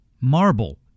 marble